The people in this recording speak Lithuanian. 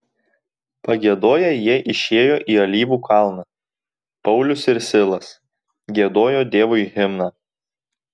pagiedoję jie išėjo į alyvų kalną paulius ir silas giedojo dievui himną